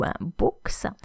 books